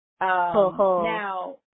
Now